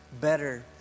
better